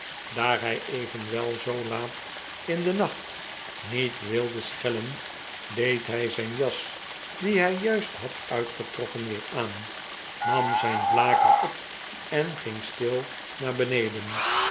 daar hij evenwel zoo laat in den nacht niet wilde schellen deed hij zijn jas die hij juist had uitgetrokken weer aan nam zijn blaker ap en ging stil naar beneden